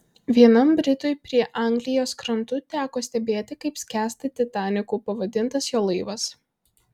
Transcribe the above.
vienam britui prie anglijos krantų teko stebėti kaip skęsta titaniku pavadintas jo laivas